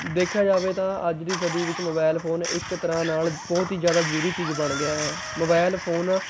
ਦੇਖਿਆ ਜਾਵੇ ਤਾਂ ਅੱਜ ਦੀ ਸਦੀ ਵਿੱਚ ਮੋਬਾਇਲ ਫੋਨ ਇੱਕ ਤਰ੍ਹਾਂ ਨਾਲ ਬਹੁਤ ਹੀ ਜ਼ਿਆਦਾ ਜ਼ਰੂਰੀ ਚੀਜ਼ ਬਣ ਗਿਆ ਹੈ ਮੋਬਾਇਲ ਫੋਨ